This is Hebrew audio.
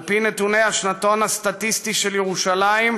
על פי נתוני השנתון הסטטיסטי של ירושלים,